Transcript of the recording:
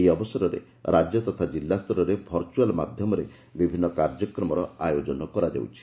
ଏହି ଅବସରରେ ରାକ୍ୟ ତଥା ଜିଲ୍ଲାଓରରେ ଭରୁଆଲ୍ ମାଧ୍ଧମରେ ବିଭିନ୍ କାର୍ଯ୍ୟକ୍ରମର ଆୟୋଜନ କରାଯାଉଛି